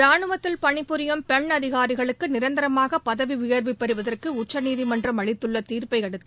ரானுவத்தில் பணிபுரியும் பெண் அதிகாரிகளுக்கு நிரந்தரமாக பதவி உயர்வு பெறுவதற்கு உச்சநீதிமன்றம் அளித்துள்ள தீர்ப்பை அடுத்து